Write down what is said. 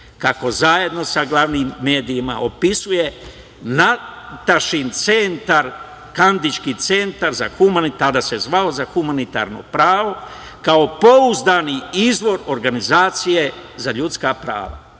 kako zajedno sa glavnim medijima opisuje Natašin centar, Kandićkin centar, tada se zvao za humanitarno pravo, kao pouzdani izvor organizacije za ljudska prava.